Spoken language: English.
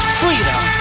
freedom